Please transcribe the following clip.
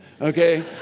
okay